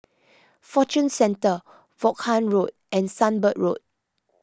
Fortune Centre Vaughan Road and Sunbird Road